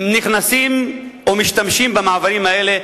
שנכנסים או משתמשים במעברים האלה,